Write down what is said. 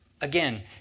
Again